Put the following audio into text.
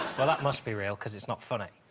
well that must be real because it's not funny